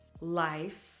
life